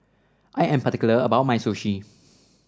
I am particular about my Sushi